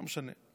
לא משנה.